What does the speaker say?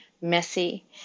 messy